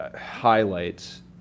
highlights